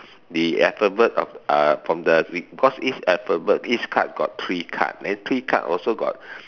the alphabet of uh from the we because each alphabet each card got three card then three card also got